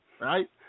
right